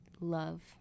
love